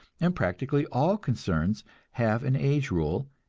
and practically all concerns have an age rule,